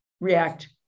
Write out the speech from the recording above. react